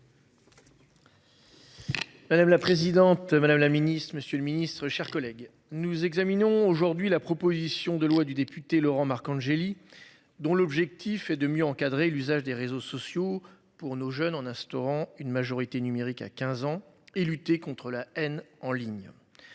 Madame la présidente Madame la Ministre, Monsieur le Ministre, chers collègues, nous examinons aujourd'hui la proposition de loi du député Laurent Marcangeli, dont l'objectif est de mieux encadrer l'usage des réseaux sociaux pour nos jeunes en instaurant une majorité numérique à 15 ans et lutter contre la haine en ligne.